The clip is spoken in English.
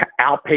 outpatient